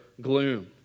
gloom